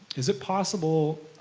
is it possible